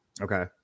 Okay